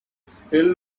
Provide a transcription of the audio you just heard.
still